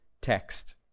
text